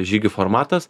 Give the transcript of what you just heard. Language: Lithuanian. žygių formatas